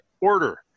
order